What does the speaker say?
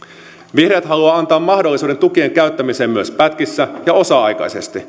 vihreät haluaa antaa mahdollisuuden tukien käyttämiseen myös pätkissä ja osa aikaisesti